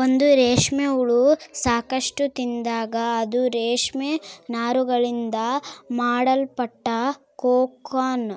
ಒಂದು ರೇಷ್ಮೆ ಹುಳ ಸಾಕಷ್ಟು ತಿಂದಾಗ, ಅದು ರೇಷ್ಮೆ ನಾರುಗಳಿಂದ ಮಾಡಲ್ಪಟ್ಟ ಕೋಕೂನ್